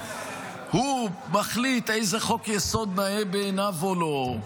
הוא מחליט איזה חוק-יסוד נאה בעיניו או לא,